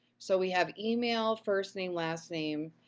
so, we have email, first name, last name,